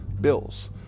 bills